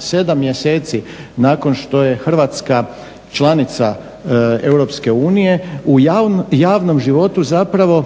7 mjeseci nakon što je Hrvatska članica EU u javnom životu zapravo